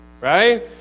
right